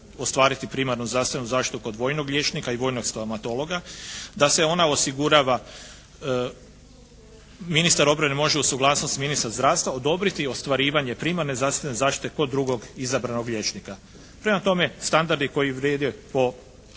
primarnu zdravstvenu zaštitu kod vojnog liječnika i vojnog stomatologa da se ona osigurava, ministar obrane može uz suglasnost ministra zdravstva odobriti ostvarivanje primarne zdravstvene zaštite kod drugog izabranog liječnika. Prema tome, standardi koji vrijede po